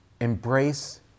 embrace